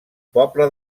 poble